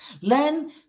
learn